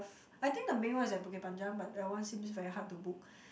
I think the main one is at Bukit-Panjang but that one seems very hard to book